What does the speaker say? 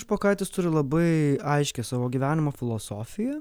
špokaitis turi labai aiškią savo gyvenimo filosofiją